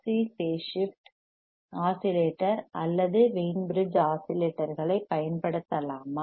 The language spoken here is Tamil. சி பேஸ் ஷிப்ட் ஆஸிலேட்டர் அல்லது வெய்ன் பிரிட்ஜ் ஆஸிலேட்டர்களைப் பயன்படுத்தலாமா